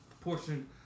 portion